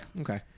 Okay